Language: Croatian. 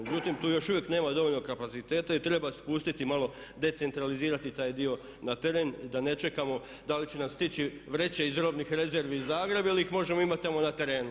Međutim, tu još uvijek nema dovoljno kapaciteta i treba spustiti malo, decentralizirati taj dio na teren da ne čekamo da li će nam stići vreće iz robnih rezervi iz Zagreba ili ih možemo imati tamo na terenu.